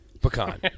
Pecan